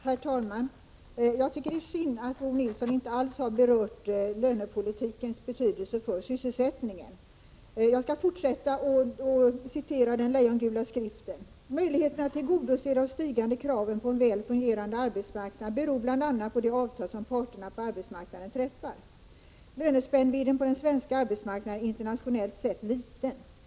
Herr talman! Det är synd att Bo Nilsson inte alls har berört lönepolitikens betydelse för sysselsättningen. Jag skall fortsätta att citera ur den lejongula skriften: ”Möjligheterna att tillgodose de stigande kraven på en väl fungerande arbetsmarknad beror bla på de avtal som parterna på arbetsmarknaden träffar. -———- Lönespännvidden på den svenska arbetsmarknaden är internationellt sett liten ———-.